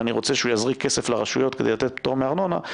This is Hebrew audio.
אם אני רוצה שהוא יזריק כסף לרשויות כדי לתת פטור מארנונה,